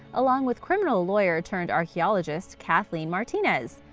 along with criminal lawyer-turned-archaeologist kathleen martinez.